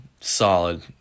solid